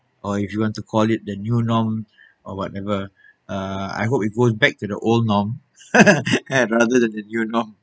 or if you want to call it the new norm or whatever uh I hope it goes back to the old norm rather than the new norm